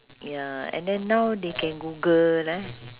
ya and then now they can google eh